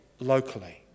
Locally